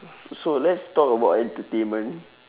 s~ so let's talk about entertainment